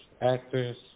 actors